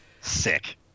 Sick